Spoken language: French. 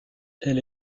elle